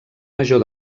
major